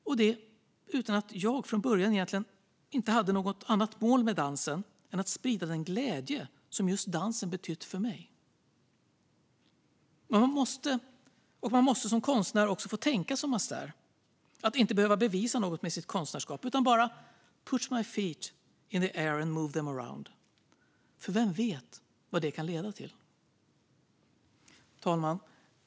Allt det utan att jag från början hade något annat mål med dansen än att sprida den glädje som just dansen betytt för mig. Man måste som konstnär också få tänka som Astaire - inte behöva bevisa något med sitt konstnärskap utan bara put one's feet in the air and move them around, för vem vet vad det kan leda till? Fru talman!